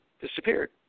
disappeared